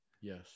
Yes